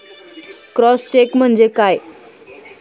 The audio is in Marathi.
क्रॉस चेक म्हणजे काय?